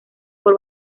por